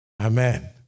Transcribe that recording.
Amen